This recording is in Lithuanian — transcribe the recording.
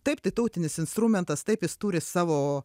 taip tai tautinis instrumentas taip jis turi savo